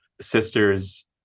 sisters